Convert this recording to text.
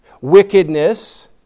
wickedness